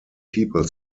people